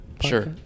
Sure